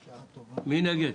הצבעה בעד, 4 נגד,